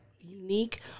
unique